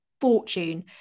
fortune